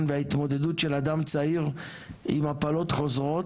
וההתמודדות של אדם צעיר עם הפלות חוזרות?